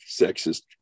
sexist